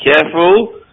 careful